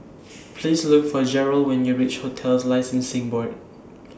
Please Look For Jerrell when YOU REACH hotels Licensing Board